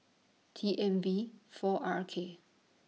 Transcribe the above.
T M V four R K